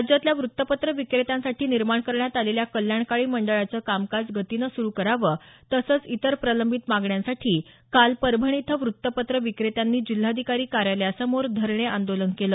राज्यातल्या वृत्तपत्र विक्रेत्यांसाठी निर्माण करण्यात आलेल्या कल्याणकारी मंडळाचं कामकाज गतीनं स्रु करावं तसंच इतर प्रलंबित मागण्यांसाठी काल परभणी इथं वृत्तपत्र विक्रेत्यांनी जिल्हाधिकारी कार्यालयासमोर धरणे आंदोलन केलं